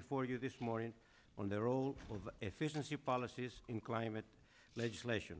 before you this morning on their old efficiency policies in climate legislation